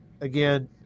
again